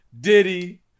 Diddy